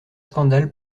scandales